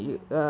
ya